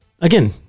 again